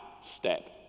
step